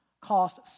cost